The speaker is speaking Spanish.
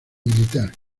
militar